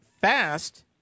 fast